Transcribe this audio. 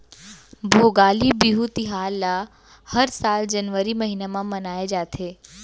भोगाली बिहू तिहार ल हर साल जनवरी महिना म मनाए जाथे